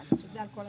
ולהביא את זה להצבעה,